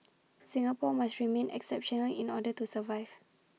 Singapore must remain exceptional in order to survive